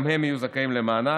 גם הם יהיו זכאים למענק.